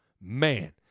Man